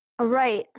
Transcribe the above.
Right